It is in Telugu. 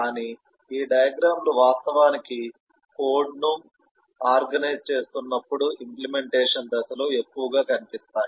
కానీ ఈ డయాగ్రమ్ లు వాస్తవానికి కోడ్ను ఆర్గనైజ్ చేస్తున్నప్పుడు ఇంప్లీమెంటేషన్ దశలో ఎక్కువగా కనిపిస్తాయి